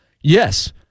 Yes